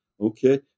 okay